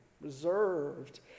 reserved